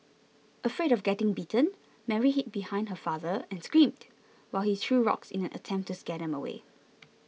afraid of getting bitten Mary hid behind her father and screamed while he threw rocks in an attempt to scare them away